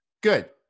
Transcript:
good